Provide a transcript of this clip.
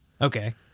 Okay